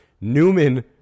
Newman